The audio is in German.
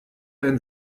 ein